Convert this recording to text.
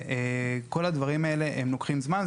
כל הדברים האלה לוקחים זמן.